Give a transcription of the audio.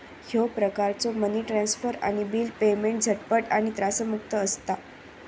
ह्यो प्रकारचो money transfer आणि बिल पेमेंट झटपट आणि त्रासमुक्त असता